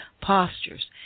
postures